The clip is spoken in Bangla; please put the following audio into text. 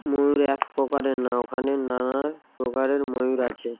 ময়ূর এক প্রকারের না ওখানে নানা প্রকারের ময়ূর আছে